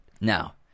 Now